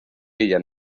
ella